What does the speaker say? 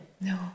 No